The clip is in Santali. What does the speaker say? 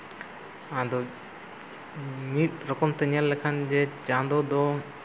ᱟᱫᱚ ᱢᱤᱫ ᱨᱚᱠᱚᱢᱛᱮ ᱧᱮᱞ ᱞᱮᱠᱷᱟᱱ ᱡᱮ ᱪᱟᱸᱫᱚ ᱫᱚ